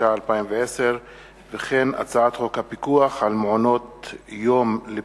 התש"ע 2010. לקריאה ראשונה,